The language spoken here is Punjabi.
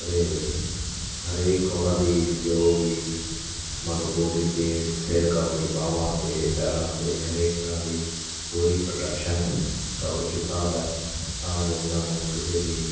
ਅਤੇ ਹਰੇਕ ਉਹਨਾਂ ਦੀ ਜੋ ਵੀ ਮੰਨ ਲਓ ਬੋਡੀ 'ਤੇ ਸਿਰ ਕਵਚ ਬਾਂਹਵਾਂ 'ਤੇ ਪੈਰਾਂ 'ਤੇ ਹਰੇਕ ਤਰ੍ਹਾਂ ਦੀ ਪੂਰੀ ਪ੍ਰੋਟੈਕਸ਼ਨ ਕਵਰ ਕੀਤਾ ਹੁੰਦਾ ਤਾਂ ਜੋ ਉਹਨਾਂ ਨੂੰ ਕਿਸੇ ਵੀ